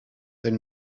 tell